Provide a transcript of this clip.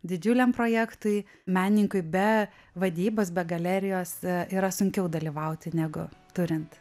didžiuliam projektui menininkui be vadybos be galerijos yra sunkiau dalyvauti negu turint